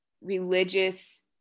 religious